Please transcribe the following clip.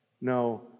No